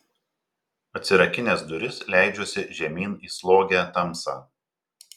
atsirakinęs duris leidžiuosi žemyn į slogią tamsą